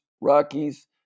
Rockies